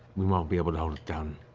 we might be able to hold it down,